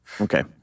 Okay